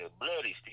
bloody